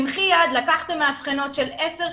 במחי יד לקחתם מאבחנות של 10 שנים,